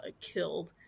killed